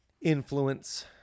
influence